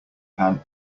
pan